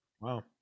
Wow